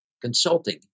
consulting